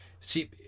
See